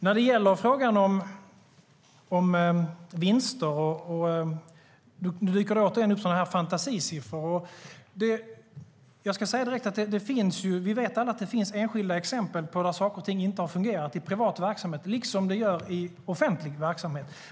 När det gäller frågan om vinster dyker det upp fantasisiffror. Jag ska direkt säga att vi alla vet att det finns enskilda exempel på tillfällen då saker inte har fungerat i privat verksamhet, liksom det finns exempel på tillfällen då det inte har gjort det i offentlig verksamhet.